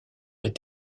est